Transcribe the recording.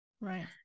Right